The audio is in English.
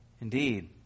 indeed